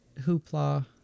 hoopla